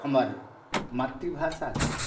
हमर मातृभाषा